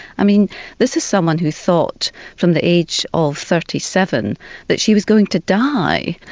i mean this is someone who thought from the age of thirty seven that she was going to die.